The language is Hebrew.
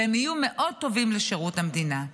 והם יהיו מאוד טובים לשירות המדינה.